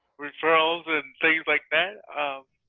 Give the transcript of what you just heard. referrals and things like that. um